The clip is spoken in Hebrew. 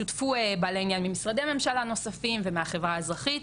שותפו בעלי עניין ממשרדי ממשלה נוספים ומהחברה האזרחית,